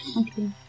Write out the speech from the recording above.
okay